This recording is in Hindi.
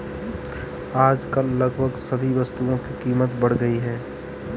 आजकल लगभग सभी वस्तुओं की कीमत बढ़ गई है